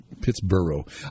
Pittsburgh